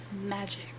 Magic